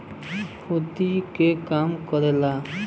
खोदे के काम करेला